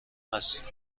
هستیم